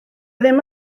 ddim